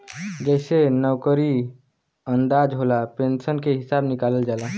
जइसे नउकरी क अंदाज होला, पेन्सनो के हिसब निकालल जाला